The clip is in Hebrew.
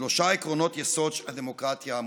שלושה עקרונות יסוד של הדמוקרטיה המודרנית: